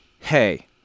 Hey